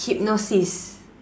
hypnosis